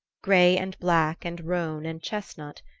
gray and black and roan and chestnut,